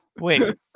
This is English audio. Wait